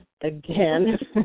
again